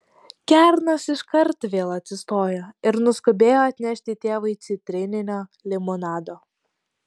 kernas iškart vėl atsistojo ir nuskubėjo atnešti tėvui citrininio limonado